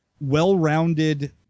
well-rounded